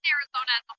Arizona